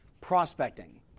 prospecting